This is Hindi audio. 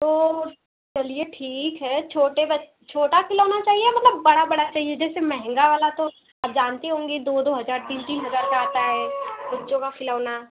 तो चलिए ठीक है छोटे छोटा खिलौना चाहिए या मतलब बड़ा बड़ा चाहिए जैसे महंगा वाला तो आप जानती होंगी दो दो हजार तीन तीन हजार का आता है बच्चों का खिलौना